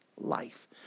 life